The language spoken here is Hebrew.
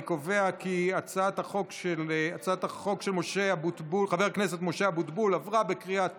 אני קובע כי הצעת החוק של חבר הכנסת משה אבוטבול עברה בקריאה הטרומית,